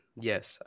yes